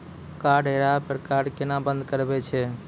Card हेरैला पर card केना बंद करबै छै?